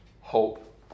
hope